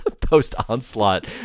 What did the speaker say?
post-onslaught